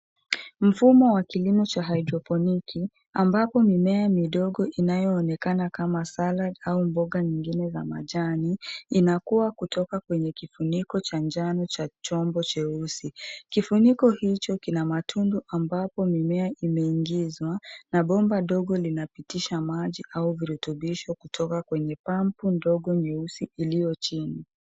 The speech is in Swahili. Mfumo wa kilimo cha hydroponic ambapo mimea midogo inayoonekana kama saladi au mboga nyingine za majani inakua kutoka kwenye kifuniko cha njano cha chombo cheusi. Kifuniko hicho kina matundu ambaoo mimea imeingizwa na bomba ndogo linapitisha maji yeye virutubishi kutoka kwenye pampu ndogo nyeusi iliyo chini.